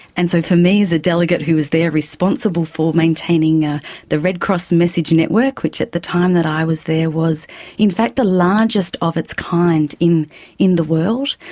and so for me as a delegate who was there responsible for maintaining ah the red cross message network, which at the time that i was there, was in fact the largest of its kind in in the world,